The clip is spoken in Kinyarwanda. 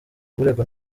uregwa